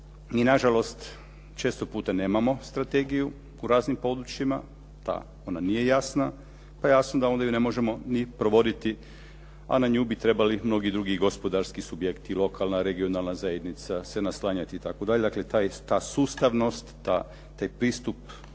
Mi na žalost često puta nemamo strategiju u raznim područjima, da ona nije jasna, pa jasno da onda je ne možemo ni provoditi, a na nju bi trebali mnogi drugi gospodarski subjekti lokalna, regionalna zajednica se naslanjati itd. Dakle, ta sustavnost, taj pristup,